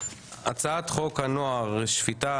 הצעת חוק הנוער (שפיטה,